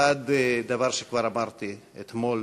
1. דבר שכבר אמרתי אתמול,